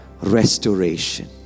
restoration